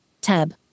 Tab